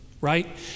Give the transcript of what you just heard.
right